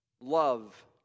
love